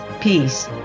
peace